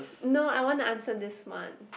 no I want to answer this one